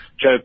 Joe